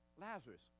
Lazarus